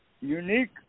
unique